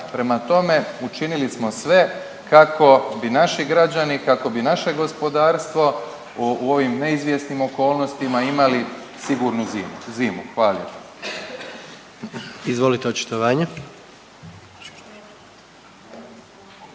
Prema tome, učinili smo sve kako bi naši građani, kako bi naše gospodarstvo u ovim neizvjesnim okolnostima imali sigurnu zimu. Hvala lijepo.